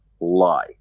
lie